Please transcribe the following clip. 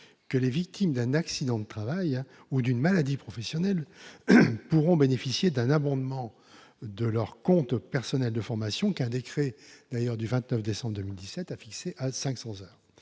que les victimes d'un accident du travail ou d'une maladie professionnelle pourront bénéficier d'un abondement de leur compte personnel de formation, qu'un décret du 29 décembre 2017 a fixé à 500 heures,